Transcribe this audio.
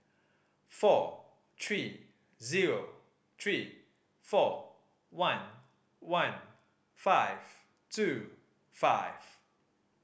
four three zero three four one one five two five